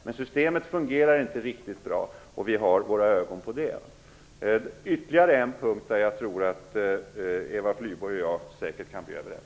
Men systemet fungerar inte riktigt bra, och vi har våra ögon på det. Ytterligare en punkt, där jag tror att Eva Flyborg och jag säkert kan bli överens.